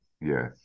Yes